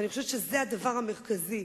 ואני חושבת שזה הדבר המרכזי,